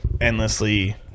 endlessly